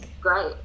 great